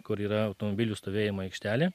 kur yra automobilių stovėjimo aikštelė